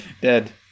Dead